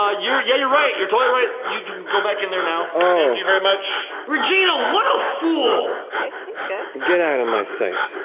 ah you're you're right, you're totally right. you can go back in there now. thank you very much. regina, what a fool! okay, thanks guys. get out of my sight.